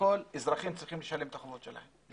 אזרחים צריכים לשלם את החובות שלהם,